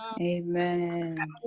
Amen